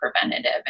preventative